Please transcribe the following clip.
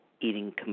eating